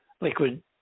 liquid